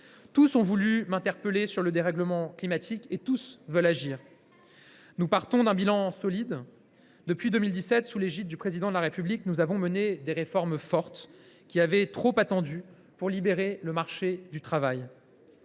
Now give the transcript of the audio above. tous ont voulu m’interpeller sur le dérèglement climatique et tous veulent agir. Nous partons d’un bilan solide. Depuis 2017, sous l’autorité du Président de la République, nous avons mené des réformes fortes, qui avaient trop attendu, pour libérer le marché du travail.